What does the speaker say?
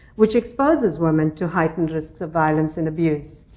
which exposes women to heightened risks of violence and abuse.